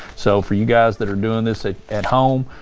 so for you guys that are doing this at at home,